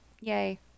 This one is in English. Yay